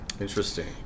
interesting